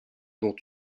dont